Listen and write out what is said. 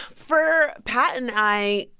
for pat and i,